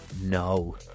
no